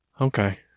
Okay